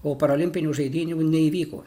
o parolimpinių žaidynių neįvyko